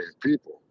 people